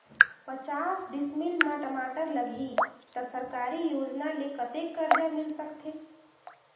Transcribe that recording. पचास डिसमिल मा टमाटर लगही त सरकारी योजना ले कतेक कर्जा मिल सकथे?